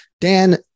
Dan